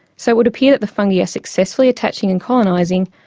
so it would appear that the fungi are successfully attaching and colonising,